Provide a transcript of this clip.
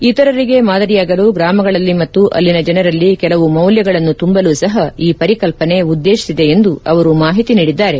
ಇತರರಿಗೆ ಮಾದರಿಯಾಗಲು ಗ್ರಾಮಗಳಲ್ಲಿ ಮತ್ತು ಅಲ್ಲಿನ ಜನರಲ್ಲಿ ಕೆಲವು ಮೌಲ್ಲಗಳನ್ನು ತುಂಬಲು ಸಹ ಈ ಪರಿಕಲ್ಲನೆ ಉದ್ಲೇತಿಸಿದೆ ಎಂದು ಅವರು ಮಾಹಿತಿ ನೀಡಿದ್ದಾರೆ